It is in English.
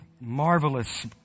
marvelous